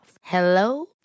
Hello